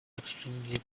extremely